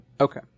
Okay